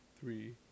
three